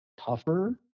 tougher